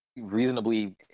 Reasonably